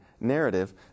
narrative